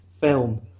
film